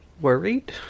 worried